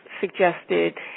suggested